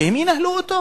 ושהם ינהלו אותו.